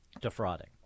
defrauding